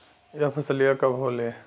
यह फसलिया कब होले?